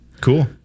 cool